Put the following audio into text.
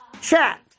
Chat